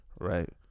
right